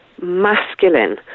Masculine